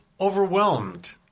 overwhelmed